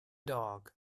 dog